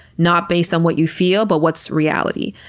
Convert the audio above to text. not based on what you feel, but what's reality.